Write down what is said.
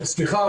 סליחה,